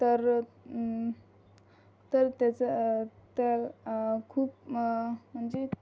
तर तर त्याचं तर खूप म्हणजे